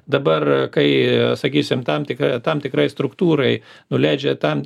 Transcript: dabar kai sakysim tam tikra tam tikrai struktūrai nuleidžia tam